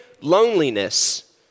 loneliness